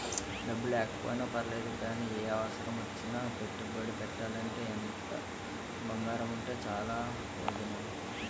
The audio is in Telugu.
డబ్బు లేకపోయినా పర్లేదు గానీ, ఏ అవసరమొచ్చినా పెట్టుబడి పెట్టాలంటే ఇంత బంగారముంటే చాలు వొదినా